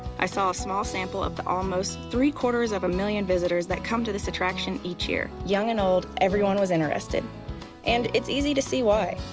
i saw a small sample of the almost three-quarters of a million visitors that come to this attraction each year. young and old, everyone was interested and it's easy to see why.